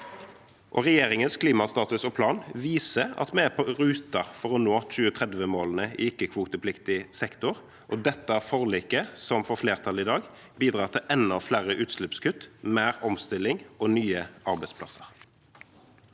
Regjeringens klimastatus og -plan viser at vi er i rute for å nå 2030-målene i ikke-kvotepliktig sektor. Dette forliket, som får flertall i dag, bidrar til enda flere utslippskutt, mer omstilling og nye arbeidsplasser.